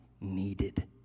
needed